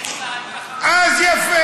90% מחיילי צה"ל אז יפה.